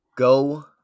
Go